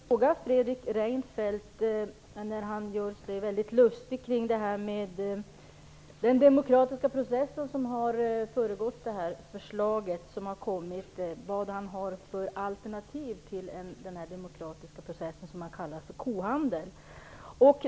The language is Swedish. Herr talman! Fredrik Reinfeldt gör sig väldigt lustig över den demokratiska process som har föregått det förslag som här har kommit. Jag vill fråga vilka alternativ han har till den demokratiska process som han kallar för kohandel.